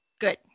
Good